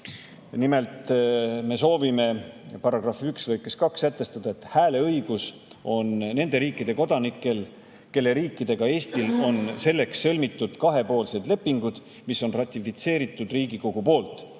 Nimelt, me soovime [seaduse § 5] lõikes 2 sätestada, et hääleõigus on [ka] nende riikide kodanikel, kellega Eestil on selleks sõlmitud kahepoolsed lepingud, mis on ratifitseeritud Riigikogu poolt,